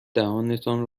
دهانتان